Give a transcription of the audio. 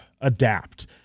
adapt